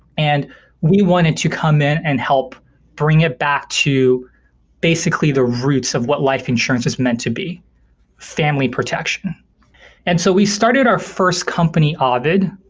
and we wanted to come in and help bring it back to basically the roots of what life insurance is meant to be family protection and so we started our first company, ah ovid.